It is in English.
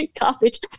garbage